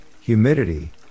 humidity